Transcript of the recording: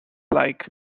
like